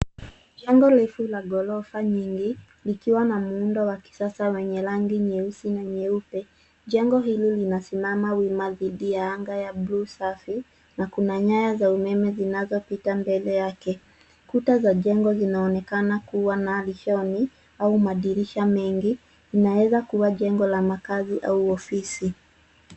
Jengo refu la ghorofa nyingi likiwa na muundo wa kisasa wenye rangi nyeusi na nyeupe. Jengo hili linasimama wima dhidi ya anga ya bluu safi , na kuna nyaya za umeme zinazopita mbele yake. Kuta za jengo zinaonekana kuwa na lishoni au madirisha mengi. Inaweza kuwa jengo la makazi au ofisi.